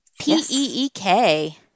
P-E-E-K